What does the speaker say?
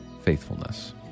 faithfulness